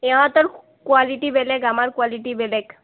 সিহঁতৰ কোৱালিটি বেলেগ আমাৰ কোৱালিটি বেলেগ